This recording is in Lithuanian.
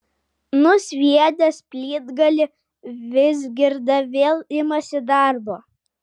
nusviedęs plytgalį vizgirda vėl imasi darbo